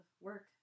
work